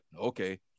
okay